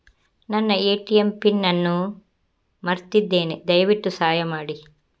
ನನ್ನ ATM PIN ಅನ್ನು ನಾನು ಮರ್ತಿದ್ಧೇನೆ, ದಯವಿಟ್ಟು ಸಹಾಯ ಮಾಡಿ